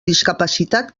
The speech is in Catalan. discapacitat